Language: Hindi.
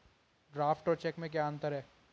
ड्राफ्ट और चेक में क्या अंतर है?